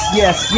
yes